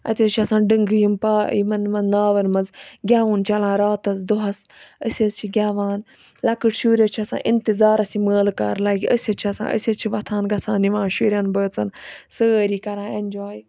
اَتہِ حظ چھِ آسان ڈٕنٛگہٕ یِمن منٛز ناوَن مَنٛز گیٚوُن چَلان راتَس دۄہَس أسۍ حظ چھِ گیٚوان لۄکٕٹۍ شُرۍ حظ چھِ آسان اِنتِظارَس یہِ مٲلہٕ کر لَگہٕ أسۍ حظ چھِ آسان أسۍ حظ چھِ وۄتھان گَژھان نِوان شُریٚن بٲژَن سٲری کَران ایٚنجوے